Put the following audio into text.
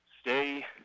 stay